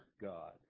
God